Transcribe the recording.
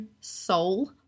soul